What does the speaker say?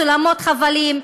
סולמות חבלים,